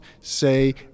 say